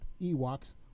Ewoks